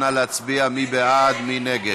נא להצביע, מי בעד, מי נגד?